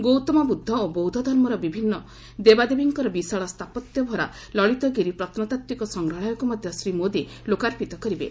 ଗୌତମ ବୁଦ୍ଦ ଓ ବୌଦ୍ଧଧର୍ମର ବିଭିନ୍ନ ଦେବାଦେବୀଙ୍କର ବିଶାଳ ସ୍ଥାପତ୍ୟଭରା ଲଳିତଗିରି ପ୍ରତ୍ନତାତ୍ତିକ ସଂଗ୍ରହାଳୟକୁ ମଧ୍ୟ ଶ୍ରୀ ମୋଦି ଲୋକାର୍ପିତ କରିବେ